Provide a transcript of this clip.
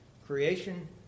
Creation